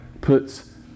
puts